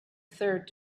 third